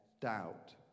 doubt